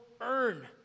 earn